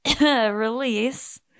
release